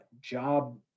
job